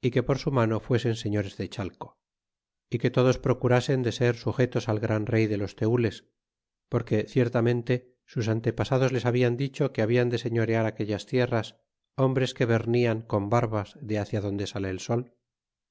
y que por su mano fuesen señores de chalco y que todos procurasen de ser sujetos al gran rey de los tenles porque ciertamente sus antepasados les hablan dicho que hablan de señorear aquellas tierras hombres que vernian con barbas de hacia donde sale el sol